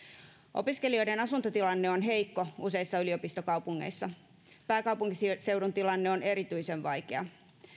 opiskelijoiden asuntotilanne on heikko useissa yliopistokaupungeissa pääkaupunkiseudun tilanne on erityisen vaikea